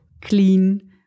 clean